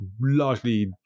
largely